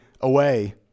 away